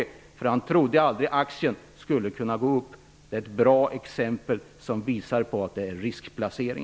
Han trodde aldrig att aktien skulle kunna gå upp. Det är ett bra exempel på riskplacering.